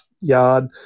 yard